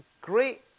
great